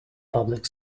public